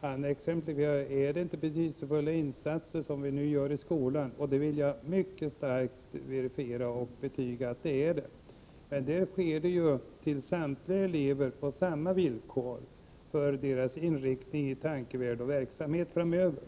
Han undrade om det inte är betydelsefulla insatser som nu görs i skolan. Jag vill mycket starkt verifiera och betyga att det är så. Men här gäller insatserna samtliga elever och sker på samma villkor, för deras inriktning i tankevärld och verksamhet framöver.